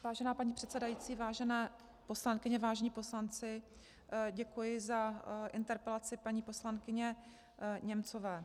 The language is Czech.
Vážená paní předsedající, vážené poslankyně, vážení poslanci, děkuji za interpelaci paní poslankyně Němcové.